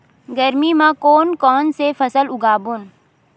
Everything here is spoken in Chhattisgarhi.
गरमी मा कोन कौन से फसल उगाबोन?